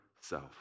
self